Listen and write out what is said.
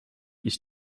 ich